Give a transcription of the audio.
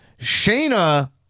Shayna